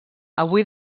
avui